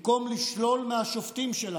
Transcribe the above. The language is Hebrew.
במקום לשלול מהשופטים שלנו,